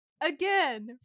again